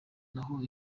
naho